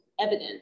evident